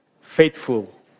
faithful